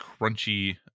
crunchy